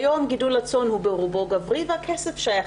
כיום גידול הצאן הוא ברובו גברי והכסף שייך